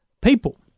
people